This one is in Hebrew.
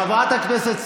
חברת הכנסת סטרוק,